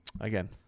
again